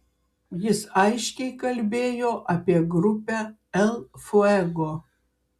jis aiškiai kalbėjo apie grupę el fuego